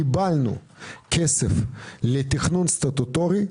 קיבלנו כסף לתכנון סטטוטורי,